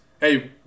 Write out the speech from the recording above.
Hey